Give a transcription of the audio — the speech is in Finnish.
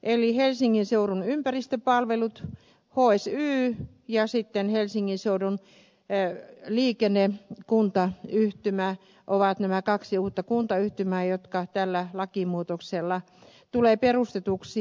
eli helsingin seudun ympäristöpalvelut hsy ja helsingin seudun liikenne kuntayhtymä ovat nämä kaksi uutta kuntayhtymää jotka tällä lakimuutoksella tulevat perustetuksi